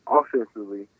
offensively